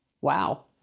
Wow